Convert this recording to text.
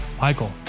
Michael